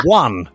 one